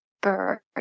bird